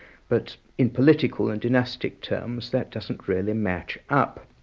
but in political and dynastic terms that doesn't really match up.